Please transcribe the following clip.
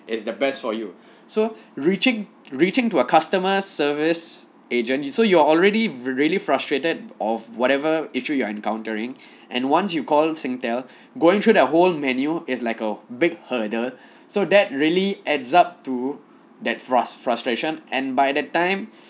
is the best for you so reaching reaching to a customer service agent so you're already really frustrated of whatever issue you are encountering and once you call singtel going through that whole menu is like a big hurdle so that really adds up to that frus~ frustration and by the time